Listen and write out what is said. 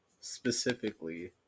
specifically